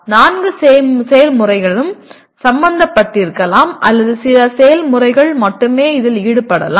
நான்கு செயல்முறைகளும் சம்பந்தப்பட்டிருக்கலாம் அல்லது சில செயல்முறைகள் மட்டுமே இதில் ஈடுபடலாம்